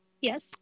Yes